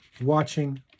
watching